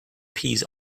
peas